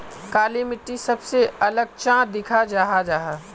काली मिट्टी सबसे अलग चाँ दिखा जाहा जाहा?